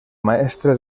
maestra